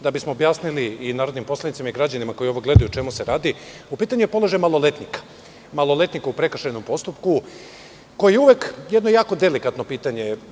Da bismo objasnili i narodnim poslanicima i građanima koji ovo gledaju o čemu se radi, u pitanju je položaj maloletnika u prekršajnom postupku, koje je uvek jedno delikatno pitanje.